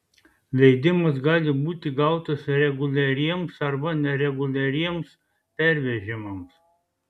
leidimas gali būti gautas reguliariems arba nereguliariems pervežimams